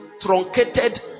truncated